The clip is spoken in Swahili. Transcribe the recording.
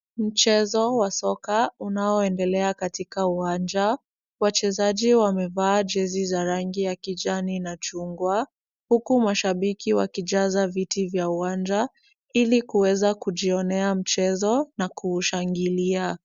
Mchezo wa soka unaoendelea katika uwanja. Wachezaji wamevaa jezi za rangi ya kijani na chungwa huku mashabiki wakijaza viti vya uwanja ili kuweza kujionea mchezo na kuushangilia.